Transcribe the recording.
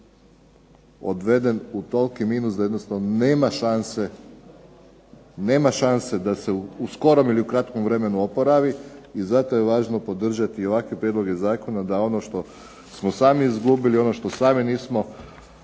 odveden u toliki minus da jednostavno nema šanse da se u skorom ili kratkom vremenu oporavi i zato je važno podržati i ovakve prijedloge zakona da ono što smo sami izgubili, ono što sami nismo